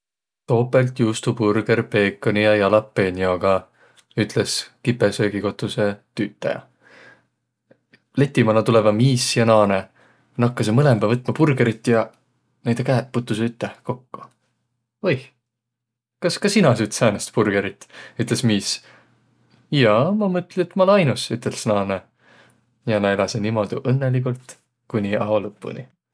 "Topõldjuustuburgõr peekoni ja jalapenjoga", ütles kipõsöögikotusõ tüütäjä. Leti mano tulõvaq miis ja naanõ, nakkasõq mõlõmbaq võtma burgõrit ja näide käeq putusõq ütte, kokko. "Oih! Kas ka sina süüt säänest burgõrit?" ütles miis. "Jaa, ma mõtli, et ma olõ ainus," ütles naanõ. Ja nä eläseq niimuudu õnnõligult kooniq ao lõpuniq.